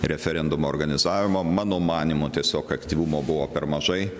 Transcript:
referendumo organizavimo mano manymu tiesiog aktyvumo buvo per mažai